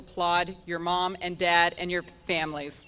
applaud your mom and dad and your famil